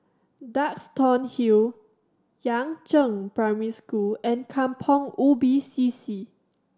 Duxton Hill Yangzheng Primary School and Kampong Ubi C C